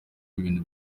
ibintu